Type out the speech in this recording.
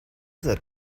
that